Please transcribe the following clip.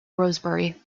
rosebery